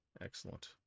Excellent